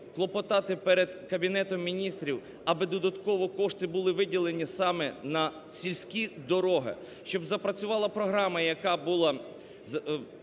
клопотати перед Кабінетом Міністрів, аби додатково кошти були виділені саме на сільські дороги, щоб запрацювала програма, яка була